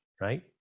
right